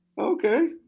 Okay